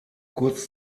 kurz